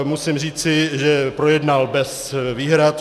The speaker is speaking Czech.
Musím říci, že projednal bez výhrad.